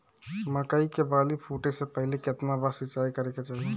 मकई के बाली फूटे से पहिले केतना बार सिंचाई करे के चाही?